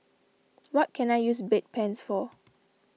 what can I use Bedpans for